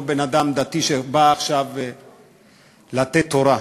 לא בן-אדם דתי שבא עכשיו לתת תורה,